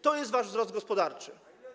To jest wasz wzrost gospodarczy.